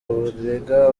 bumurega